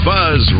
Buzz